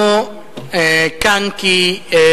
תודה רבה, אנחנו כאן כי אסון